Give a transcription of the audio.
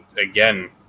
again